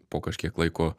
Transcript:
po kažkiek laiko